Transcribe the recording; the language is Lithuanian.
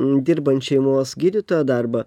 dirbant šeimos gydytojo darbą